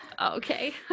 Okay